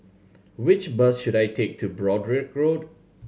which bus should I take to Broadrick Road